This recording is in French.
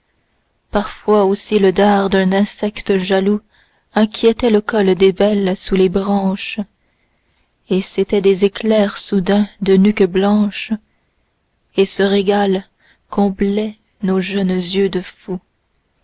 parfois aussi le dard d'un insecte jaloux inquiétait le col des belles sous les branches et c'était des éclairs soudains de nuques blanches et ce régal comblait nos jeunes yeux de fous